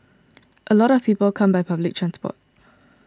a lot of people come by public transport